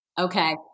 Okay